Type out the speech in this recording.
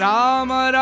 Rama